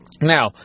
Now